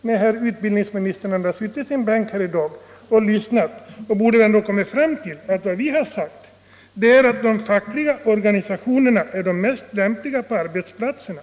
Här har herr utbildningsministern suttit i sin bänk och lyssnat på debatten utan att ha uppfattat, att vad vi har sagt är, att de fackliga organisationerna är de mest lämpliga att verka på arbetsplatserna.